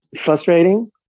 Frustrating